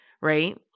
Right